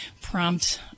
Prompt